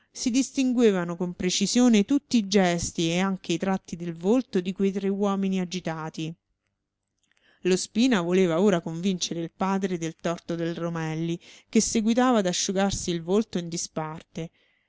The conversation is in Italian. si distinguevano con precisione tutti i gesti e anche i tratti del volto di quei tre uomini agitati lo spina voleva ora convincere il padre del torto del romelli che seguitava ad asciugarsi il volto in disparte